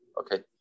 Okay